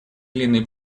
длинный